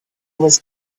was